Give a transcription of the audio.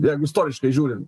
jeigu istoriškai žiūrint